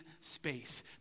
space